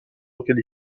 auxquels